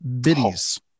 biddies